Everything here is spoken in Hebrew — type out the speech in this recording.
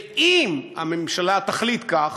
ואם הממשלה תחליט כך,